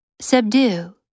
Subdue